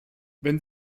wenn